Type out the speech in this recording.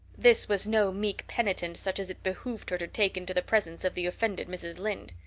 this was no meek penitent such as it behooved her to take into the presence of the offended mrs. lynde.